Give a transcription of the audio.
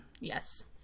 Yes